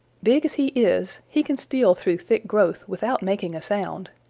big as he is, he can steal through thick growth without making a sound.